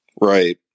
Right